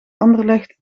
anderlecht